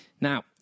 Now